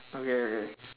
okay okay